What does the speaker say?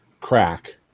crack